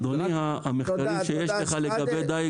אדוני, המחקרים שיש לך לגבי דיג